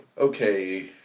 Okay